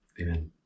Amen